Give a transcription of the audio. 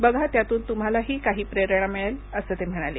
बघा त्यातून तुम्हालाही काही प्रेरणा मिळेल असं ते म्हणाले